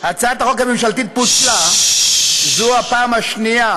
הצעת החוק הממשלתית פוצלה זו הפעם השנייה,